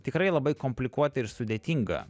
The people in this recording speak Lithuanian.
tikrai labai komplikuota ir sudėtinga